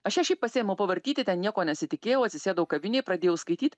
aš ją šiaip pasiėmiau pavartyti ten nieko nesitikėjau atsisėdau kavinėj pradėjau skaityt